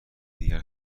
دیگر